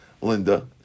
Linda